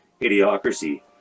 Idiocracy